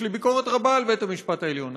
יש לי ביקורת רבה על בית-המשפט העליון.